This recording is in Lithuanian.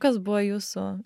kas buvo jūsų